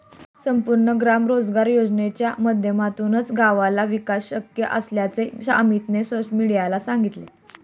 संपूर्ण ग्राम रोजगार योजनेच्या माध्यमातूनच गावाचा विकास शक्य असल्याचे अमीतने मीडियाला सांगितले